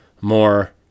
more